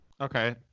Okay